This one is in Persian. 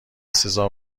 سزا